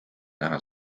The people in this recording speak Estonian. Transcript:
näha